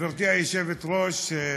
גברתי היושבת-ראש,